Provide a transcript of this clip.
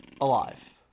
Alive